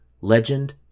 Legend